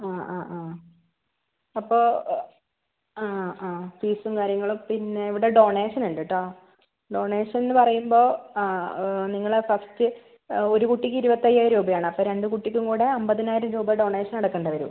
ആ ആ ആ അപ്പോൾ ആ ആ ഫീസും കാര്യങ്ങളും പിന്നെ ഇവിടെ ഡൊണേഷൻ ഉണ്ട് കേട്ടോ ഡൊണേഷൻന്ന് പറയുമ്പോൾ ആ നിങ്ങൾ ഫസ്റ്റ് ഒരു കുട്ടിക്ക് ഇരുപത്തയ്യായിരം രൂപയാണ് അപ്പം രണ്ട് കുട്ടിക്കും കൂടെ അൻപതിനായിരം രൂപ ഡൊണേഷൻ അടക്കേണ്ടി വരും